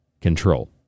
control